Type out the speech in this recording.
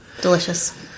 Delicious